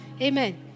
Amen